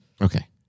Okay